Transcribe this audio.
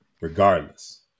regardless